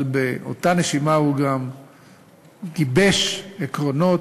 אבל באותה נשימה הוא גם גיבש עקרונות,